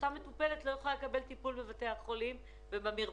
אותה מטופלת לא יכולה לקבל טיפול בבתי החולים ובמרפאות.